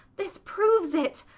this proves it!